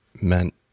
meant